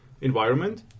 environment